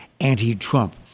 anti-Trump